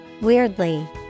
weirdly